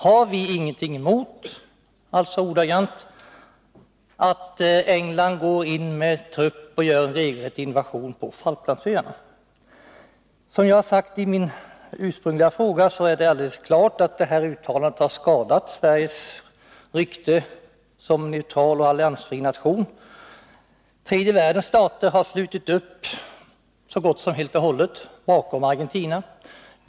Har vi ”ingenting emot” att England går in med trupp och företar en regelrätt invasion av Falklandsöarna? Som jag framhöll i min ursprungliga fråga är det alldeles klart att utrikesministerns uttalande har skadat Sveriges rykte som neutral och alliansfri nation. Tredje världens stater har så gott som helt och hållet slutit upp bakom Argentina.